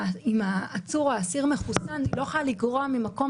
מעצר ראשון ואת דיון במעצר עד תום ההליכים.